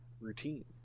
routine